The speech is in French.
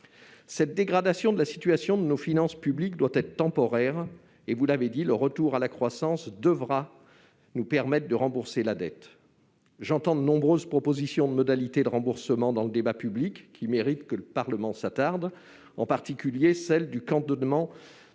telle dégradation de la situation de nos finances publiques doit être temporaire. Vous l'avez dit, le retour à la croissance devra nous permettre de rembourser la dette. J'entends de nombreuses propositions de modalités de remboursement dans le débat public qui méritent que le Parlement s'y attarde. Je pense en particulier au cantonnement